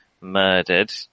murdered